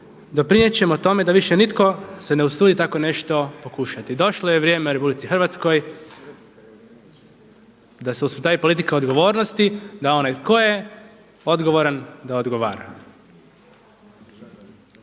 doprinijet ćemo tome da više nitko se ne usudi tako nešto pokušati. Došlo je vrijeme u RH da se uspostavi politika odgovornosti, da onaj tko je odgovoran da odgovara.